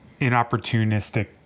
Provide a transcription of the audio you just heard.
inopportunistic